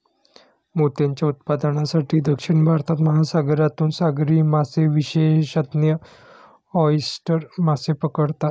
मोत्यांच्या उत्पादनासाठी, दक्षिण भारतात, महासागरातून सागरी मासेविशेषज्ञ ऑयस्टर मासे पकडतात